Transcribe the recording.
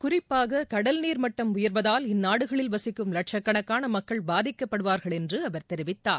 குறிப்பாக கடல்நீர் மட்டம் உயர்வதால் இந்நாடுகளில் வசிக்கும் லட்சக்கணக்கான மக்கள் பாதிக்கப்படுவார்கள் என்று அவர் தெரிவித்தார்